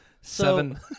Seven